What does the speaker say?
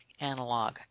analog